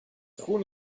groen